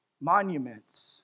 monuments